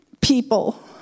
people